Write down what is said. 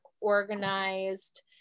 organized